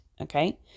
okay